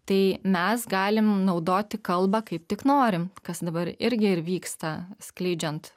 tai mes galim naudoti kalbą kaip tik norim kas dabar irgi ir vyksta skleidžiant